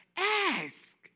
Ask